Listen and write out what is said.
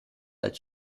als